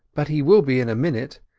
but he will be in a minute.